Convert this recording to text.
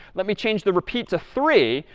let me change the repeat to three.